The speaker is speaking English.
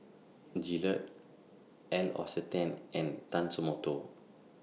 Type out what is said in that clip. Gillette L'Occitane and Tatsumoto